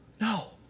No